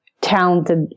talented